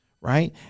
right